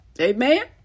Amen